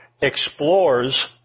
explores